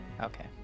okay